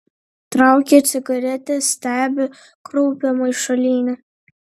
traukia cigaretę stebi kraupią maišalynę